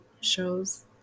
shows